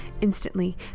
Instantly